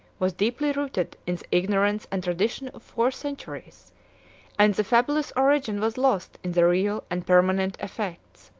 was deeply rooted in the ignorance and tradition of four centuries and the fabulous origin was lost in the real and permanent effects.